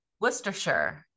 Worcestershire